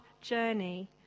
journey